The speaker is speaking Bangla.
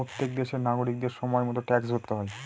প্রত্যেক দেশের নাগরিকদের সময় মতো ট্যাক্স ভরতে হয়